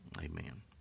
Amen